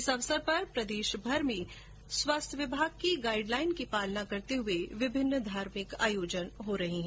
इस अवसर पर प्रदेशभर में स्वास्थ्य विभाग की गाइड लाइन की पालना करते हुए विभिन्न धार्मिक आयोजन हो रहे हैं